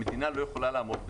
המדינה לא יכולה לעמוד בזה.